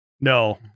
no